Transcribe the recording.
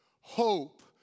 hope